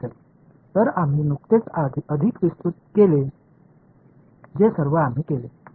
तर आम्ही नुकतेच अधिक विस्तृत केले जे सर्व आम्ही केले